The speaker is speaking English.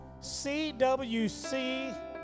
CWC